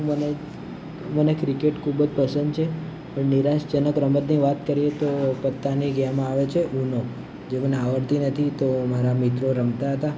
મને મને ક્રિકેટ ખૂબ જ પસંદ છે નિરાશાજનક રમતની વાત કરીએ તો પત્તાની ગેમ આવે છે ઉનો જે મને આવડતી નથી તો મારા મિત્રો રમતા હતા